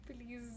Please